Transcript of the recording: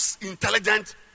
intelligent